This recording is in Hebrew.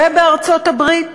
ובארצות-הברית